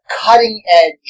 cutting-edge